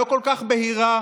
לא כל כך בהירה,